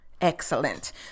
excellent